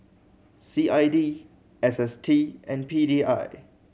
C I D S S T and P D I